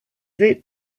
sie